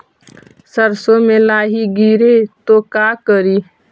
सरसो मे लाहि गिरे तो का करि?